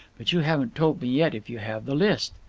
but you haven't told me yet if you have the list.